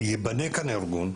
ייבנה כאן ארגון,